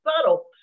subtle